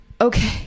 okay